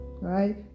right